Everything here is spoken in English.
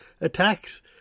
attacks